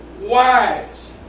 wise